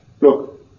Look